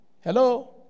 Hello